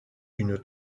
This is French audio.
une